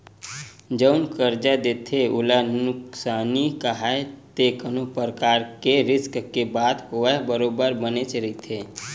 जउन करजा देथे ओला नुकसानी काहय ते कोनो परकार के रिस्क के बात होवय बरोबर बनेच रहिथे